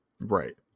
Right